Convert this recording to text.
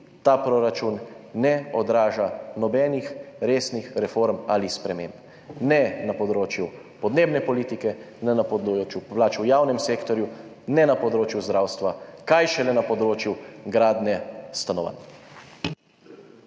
ta proračun ne odraža nobenih resnih reform ali sprememb, ne na področju podnebne politike ne na področju plač v javnem sektorju ne na področju zdravstva, kaj šele na področju gradnje stanovanj.